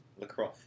LaCroix